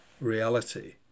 reality